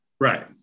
right